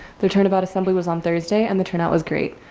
the turnabout assembly was on thursday and the turnout was great.